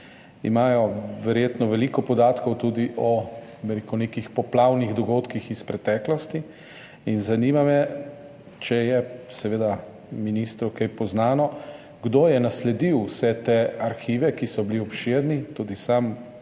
imajo veliko podatkov tudi o nekih poplavnih dogodkih iz preteklosti. Zanima me: Ali vam je, minister, kaj znano, kdo je nasledil vse te arhive, ki so bili obširni? Tudi sam